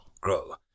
grow